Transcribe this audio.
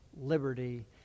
liberty